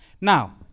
Now